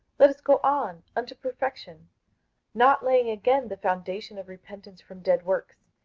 let us go on unto perfection not laying again the foundation of repentance from dead works,